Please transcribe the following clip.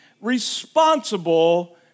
responsible